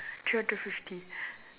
three hundred fifty